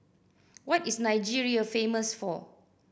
what is Nigeria famous for